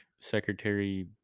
Secretary